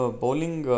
bowling